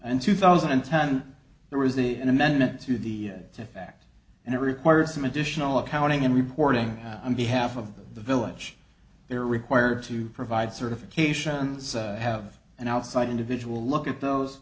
and two thousand and ten there was a an amendment to the to fact and it required some additional accounting and reporting on behalf of the village they were required to provide certifications have an outside individual look at